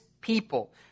people